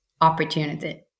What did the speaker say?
Opportunity